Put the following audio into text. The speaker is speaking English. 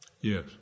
Yes